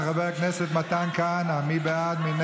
הגבלת כהונת ראש הממשלה לשתי תקופות כהונה רצופות) לא